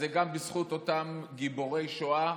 אז זה גם בזכות אותם גיבורי שואה,